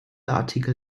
artikel